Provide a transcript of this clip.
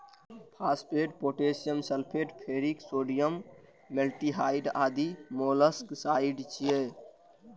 phosphate, potassium sulphate, ferric sodium, metaldehyde आदि molluscicides छियै